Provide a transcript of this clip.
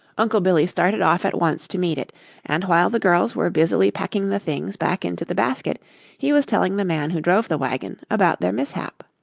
uncle billy started off at once to meet it and while the girls were busily packing the things back into the basket he was telling the man who drove the wagon about their mishap.